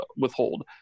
withhold